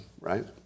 right